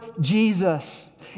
Jesus